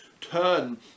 turn